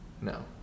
No